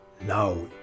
Now